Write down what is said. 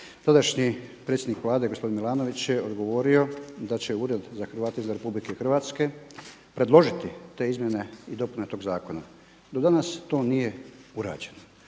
tadašnji predsjednik Vlade, gospodin Milanović je odgovorio da će Ured za Hrvate izvan RH predložiti te izmjene i dopune tog zakona. Do danas to nije urađeno.